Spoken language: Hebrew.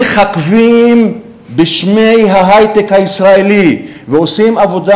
מככּבים בשמי ההיי-טק הישראלי ועושים עבודה